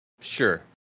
sure